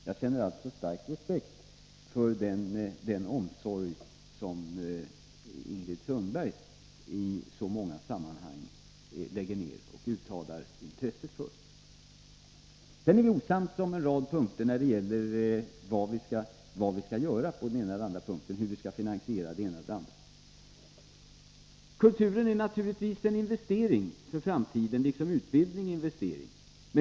Jag känner alltså stark respekt för det intresse som Ingrid Sundberg i så många sammanhang visar. Men vi är osams på en rad punkter när det gäller vad vi skall göra och hur det ena och det andra skall finansieras. Kultur är naturligtvis en investering för framtiden, liksom utbildning är en investering.